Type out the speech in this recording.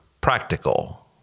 practical